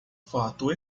fato